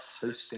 hosting